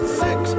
six